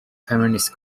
feminist